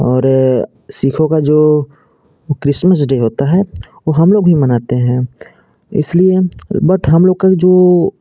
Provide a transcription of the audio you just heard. और सिखों का जो वो क्रिसमस डे होता है वो हम लोग भी मनाते हैं इसलिए बट हम लोग का जो